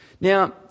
Now